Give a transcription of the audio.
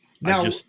now